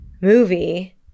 movie